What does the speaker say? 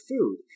food